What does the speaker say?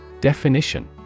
Definition